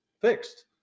Fixed